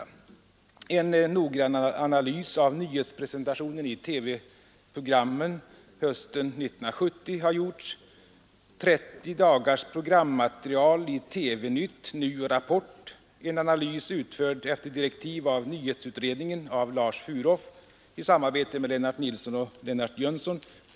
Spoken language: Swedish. I utredningen ingår en noggrann analys av nyhetspresentationen i TV-programmen under en månad hösten 1970 omfattande 30 dagars programmaterial i TV-nytt, NU och Rapport. Analysen är utförd efter direktiv av nyhetsutredningen av Lars Furhoff i samarbete med Lennart Nilsson och Lennart Jönsson.